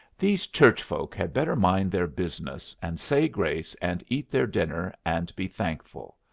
these church folk had better mind their business, and say grace, and eat their dinner, and be thankful.